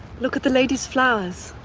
look at the lady's flowers.